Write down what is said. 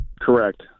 Correct